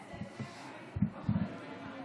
שלום, כבוד היושב-ראש.